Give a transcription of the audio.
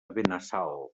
benassal